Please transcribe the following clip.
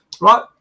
Right